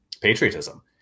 patriotism